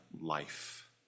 life